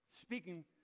speaking